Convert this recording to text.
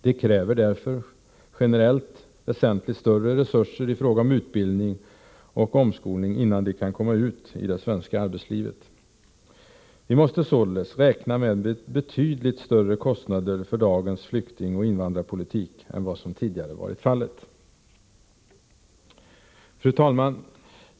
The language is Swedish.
De kräver därför generellt väsentligt större resurser i fråga om utbildning och omskolning innan de kan komma ut i det svenska arbetslivet. Vi måste således räkna med betydligt större kostnader för dagens flyktingoch invandringspolitik än vad som tidigare varit fallet. Fru talman!